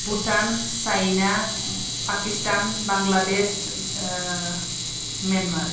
Bhutan China Pakistan Bangladesh Myanmar